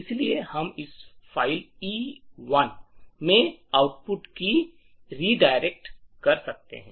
इसलिए हम इस फ़ाइल e1 में आउटपुट को रीडायरेक्ट कर सकते हैं